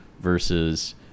versus